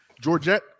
Georgette